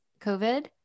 COVID